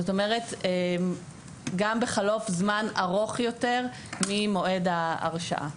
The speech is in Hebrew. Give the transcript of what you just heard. זאת אומרת גם בחלוף זמן ארוך יותר ממועד ההרשעה.